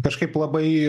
kažkaip labai